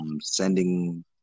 sending